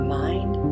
mind